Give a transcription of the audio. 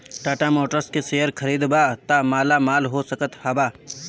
Tata Motors के share खरीदबअ त मालामाल हो सकत हवअ